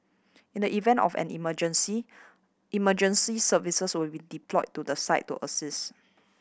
in the event of an emergency emergency services will be deployed to the site to assist